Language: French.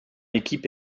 équipe